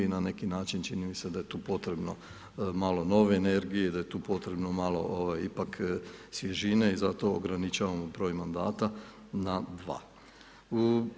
Na neki način čini mi se da je tu potrebno malo nove energije, da je tu potrebno malo ipak svježine i zato ograničavamo broj mandata na dva.